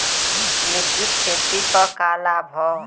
मिश्रित खेती क का लाभ ह?